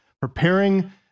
preparing